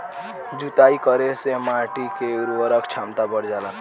जुताई करे से माटी के उर्वरक क्षमता बढ़ जाला